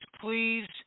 please